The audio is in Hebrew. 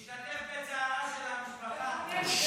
משתתף בצערה של המשפחה.